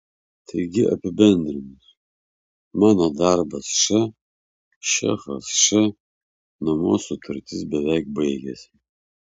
taigi apibendrinus mano darbas š šefas š nuomos sutartis beveik baigiasi